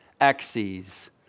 axes